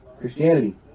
Christianity